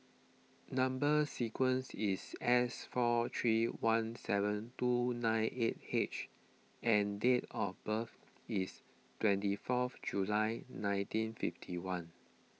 Number Sequence is S four three one seven two nine eight H and date of birth is twenty fourth July nineteen fifty one